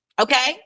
Okay